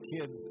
kids